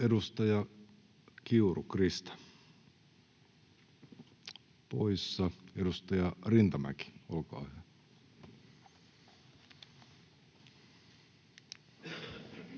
Edustaja Kiuru, Krista, poissa. — Edustaja Rintamäki, olkaa hyvä.